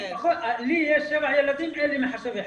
לי יש שבעה ילדים, אין לי מחשב אחד.